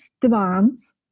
demands